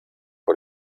vor